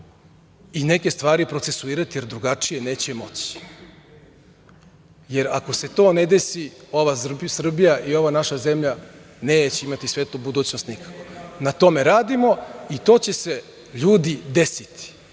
i neke stvari procesuirati jer drugačije neće moći, jer ako se to ne desi ova Srbija i ova naša zemlja neće imati svetlu budućnost nikako. Na tome radimo i to će se, ljudi, desiti.